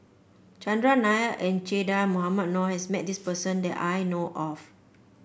Chandran Nair and Che Dah Mohamed Noor has met this person that I know of